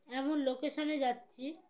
এমন লোকেশনে যাচ্ছি